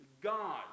God